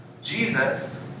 Jesus